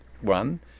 one